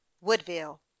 woodville